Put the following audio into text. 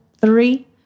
three